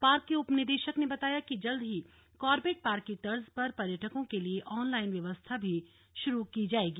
park के उप निदेशक ने बताया कि जल्द ही कॉर्बेट पार्क की तर्ज पर पर्यटकों के लिए ऑनलाइन व्यवस्था भी शुरू की जाएगी